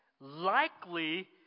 Likely